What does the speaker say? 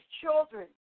children